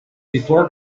before